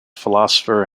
philosopher